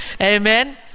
Amen